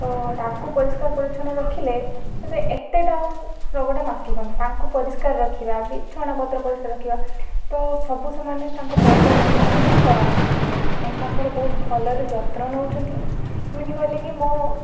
ତ ତାଙ୍କୁ ପରିଷ୍କାର ପରିଚ୍ଛନ୍ନ ରଖିଲେ ହୁଏ ତ ଏତେ ଟା ଆଉ ରୋଗଟା ବ୍ୟାପିବନି ତାଙ୍କୁ ପରିଷ୍କାର ରଖିବା ବିଛଣା ପତ୍ର ପରିଷ୍କାର ରଖିବା ତ ସବୁ ସେମାନେ ତାଙ୍କ ପରିବାର ଲୋକମାନେ ହିଁ କରନ୍ତି ସେମାନେ ତାଙ୍କର ବହୁତ ଭଲରେ ଯତ୍ନ ନେଉଛନ୍ତି ଏମିତି କହିଲେ କି ମୋ